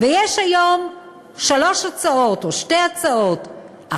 ויש היום שלוש הצעות או שתי הצעות,